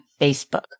Facebook